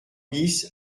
bis